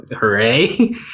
hooray